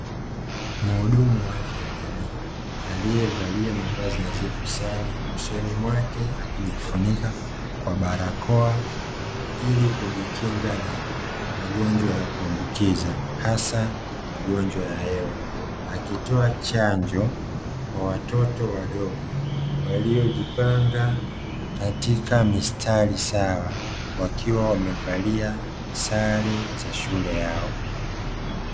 Mhudumu wa afya ya jamii aliyevalia mavazi nazifu sana, usoni mwake akijifunika kwa barakoa ili kujikinga na magonjwa ya kuambukiza hasa magonjwa ya hewa, akitoa chanjo kwa watoto wadogo waliojipanga katika mistari sawa wakiwa wamevalia sare za shule yao.